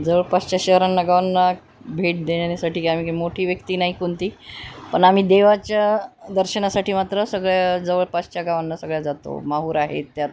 जवळपासच्या शहरांना गावांना भेट देण्यासाठी की आम्ही मोठी व्यक्ती नाही कोणती पण आम्ही देवाच्या दर्शनासाठी मात्र सगळ्या जवळपासच्या गावांना सगळ्या जातो माहूर आहेत त्यात